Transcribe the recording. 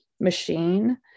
machine